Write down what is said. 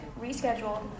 rescheduled